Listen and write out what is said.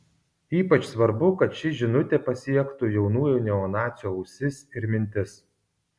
ypač svarbu kad ši žinutė pasiektų jaunųjų neonacių ausis ir mintis